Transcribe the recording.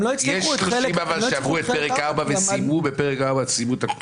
יש נושים שעברו את פרק 4 וסיימו בפרק 4 הכול?